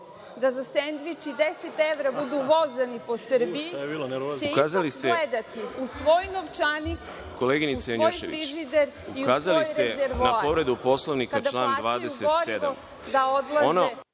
da za sendviče i 10 evra budu vozani po Srbiji, koji će gledati u svoj novčanik, u svoj frižider i u svoj rezervoar